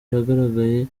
yagaragaye